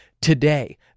today